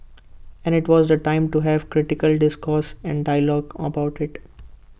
and IT was the time to have critical discourse and dialogue about IT